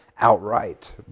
outright